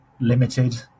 limited